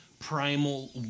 primal